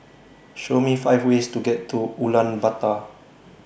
Show Me five ways to get to Ulaanbaatar